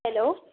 hello